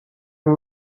and